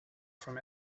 from